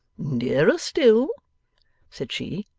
nearer still said she,